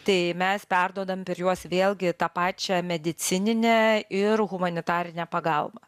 tai mes perduodam per juos vėlgi tą pačią medicininę ir humanitarinę pagalbą